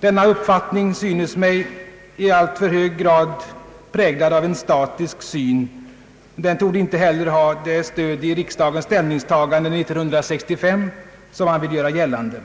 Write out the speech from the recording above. Denna uppfattning förefaller mig i alltför hög grad vara präglad av en statisk syn. Den torde heller inte ha det stöd i riksdagens ställningstagande 1965 som man vill göra gällande.